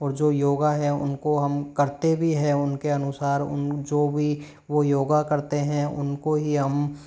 और जो योगा है उनको हम करते भी हैं उनके अनुसार उन जो भी वह योग करते हैं उनको ही हम